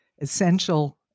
essential